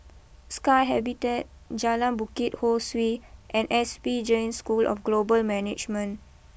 Sky Habitat Jalan Bukit Ho Swee and S P Jain School of Global Management